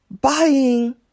buying